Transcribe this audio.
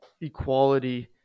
equality